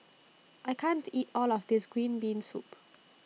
I can't eat All of This Green Bean Soup